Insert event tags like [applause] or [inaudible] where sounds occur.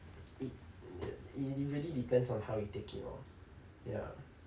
it [noise] it really depends on how you take it lor ya